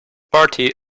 party